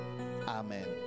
Amen